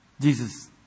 Jesus